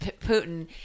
Putin